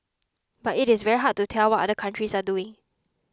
but it is very hard to tell what other countries are doing